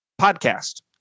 podcast